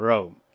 Rome